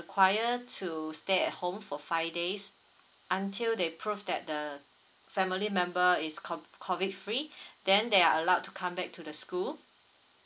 require to stay at home for five days until they prove that the family member is co~ COVID free then they are allowed to come back to the school